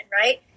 right